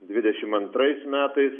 dvidešimt antrais metais